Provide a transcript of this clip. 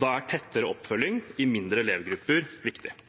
Da er tettere oppfølging i mindre elevgrupper viktig.